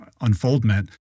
unfoldment